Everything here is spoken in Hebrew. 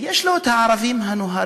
ויש לו את הערבים הנוהרים,